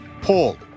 pulled